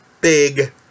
big